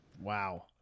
Wow